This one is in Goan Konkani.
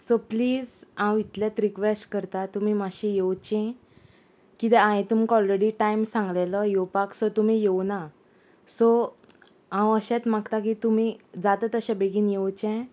सो प्लीज हांव इतलेंत रिक्वेस्ट करता तुमी मातशी येवची किदें हांयें तुमकां ऑलरेडी टायम सांगलेलो येवपाक सो तुमी येवना सो हांव अशेंच मागता की तुमी जाता तशें बेगीन येवचें